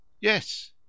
Yes